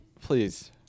Please